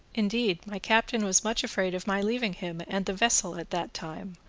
indeed my captain was much afraid of my leaving him and the vessel at that time,